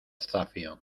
zafio